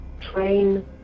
Train